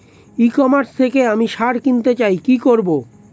ই commerce থেকে আমি সার কিনতে চাই কি করব?